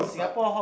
suck